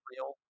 real